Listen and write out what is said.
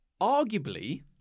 arguably